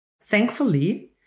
Thankfully